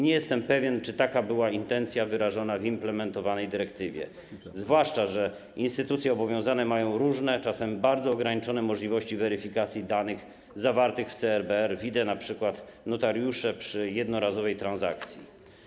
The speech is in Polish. Nie jestem pewien, czy taka była intencja wyrażona w implementowanej dyrektywie, zwłaszcza że instytucje obowiązane mają różne, czasem bardzo ograniczone, możliwości weryfikacji danych zwartych w CRBR, vide np. notariusze przy jednorazowej transakcji.